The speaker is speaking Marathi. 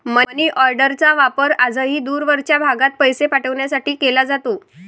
मनीऑर्डरचा वापर आजही दूरवरच्या भागात पैसे पाठवण्यासाठी केला जातो